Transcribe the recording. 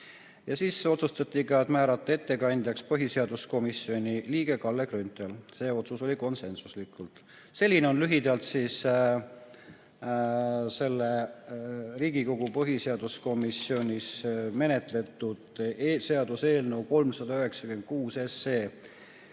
Ja siis otsustati määrata ettekandjaks põhiseaduskomisjoni liige Kalle Grünthal. See otsus oli konsensuslik. Selline on lühidalt Riigikogu põhiseaduskomisjonis menetletud seaduseelnõu 396